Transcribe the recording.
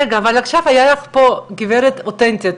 עכשיו הייתה לך פה גברת אותנטית,